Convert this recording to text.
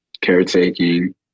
caretaking